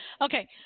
Okay